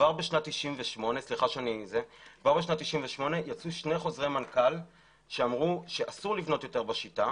כבר בשנת 98 יצאו שני חוזרי מנכ"ל שאמרו שאסור לבנות יותר בשיטה.